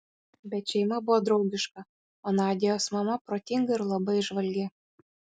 bet šeima buvo draugiška o nadios mama protinga ir labai įžvalgi